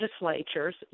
legislatures